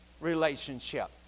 relationship